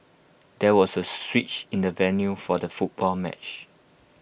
there was A switch in the venue for the football match